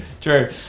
true